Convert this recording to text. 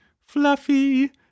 fluffy